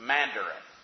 Mandarin